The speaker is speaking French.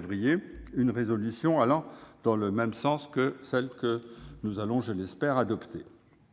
mois-ci, une proposition de résolution allant dans le même sens que celle que nous allons, je l'espère, adopter